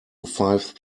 five